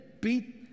beat